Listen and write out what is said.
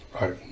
Right